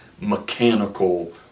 mechanical